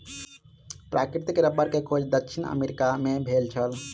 प्राकृतिक रबड़ के खोज दक्षिण अमेरिका मे भेल छल